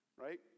right